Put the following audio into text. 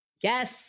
Yes